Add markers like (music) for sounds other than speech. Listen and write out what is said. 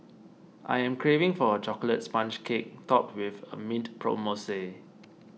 I am craving for a Chocolate Sponge Cake Topped with (unintelligible) mint (unintelligible) mousse